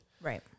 Right